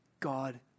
God